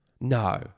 No